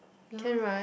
ya